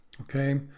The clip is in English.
okay